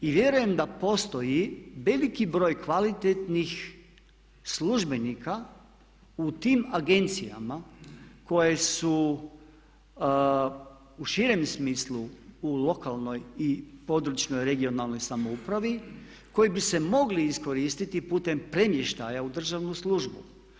I vjerujem da postoji veliki broj kvalitetnih službenika u tim agencijama koje su u širem smislu u lokalnoj i područnoj (regionalno) samoupravi koji bi se mogli iskoristiti putem premještaja u državnu službu.